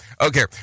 Okay